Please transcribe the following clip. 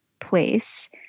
place